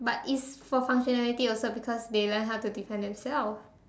but it's for functionality also because they learn how to defend themselves